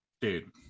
dude